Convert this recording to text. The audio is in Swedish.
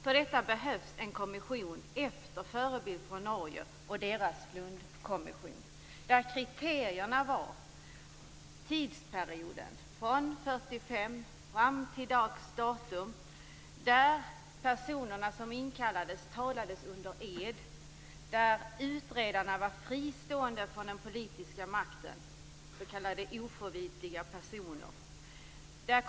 För detta behövs en kommission efter förebild från tidsperioden från 1945 fram till dags dato, personerna som inkallades talade under ed och utredarna var fristående från den politiska makten, s.k. oförvitliga personer.